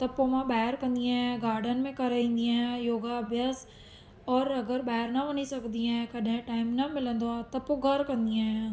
त पोइ मां ॿाहिरि कंदी आहियां गाडन में करे ईंदी आहियां योगा अभ्यासु ओर अगरि ॿाहिरि न वञी सघंदी आहियां कॾहिं टाइम न मिलंदो आहे त पोइ घरु कंदी आहियां